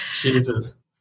Jesus